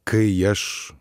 kai aš